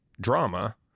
drama